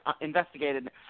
investigated